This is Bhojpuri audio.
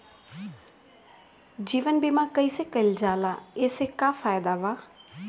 जीवन बीमा कैसे कईल जाला एसे का फायदा बा?